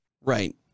Right